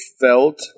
felt